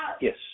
Yes